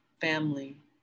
family